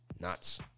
Nuts